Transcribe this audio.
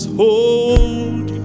hold